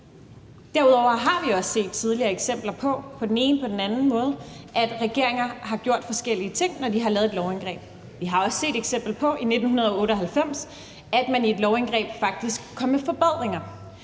Derudover har vi også tidligere set eksempler på – på den ene og på den anden måde – at regeringer har gjort forskellige ting, når de har lavet et lovindgreb. Vi har også i 1998 set et eksempel på, at man i et lovindgreb faktisk kom med forbedringer.